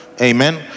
Amen